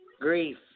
Grief